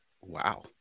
wow